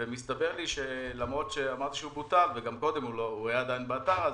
ומסתבר לי שלמרות שאמרתי שהוא בוטל וגם קודם הוא היה באתר אז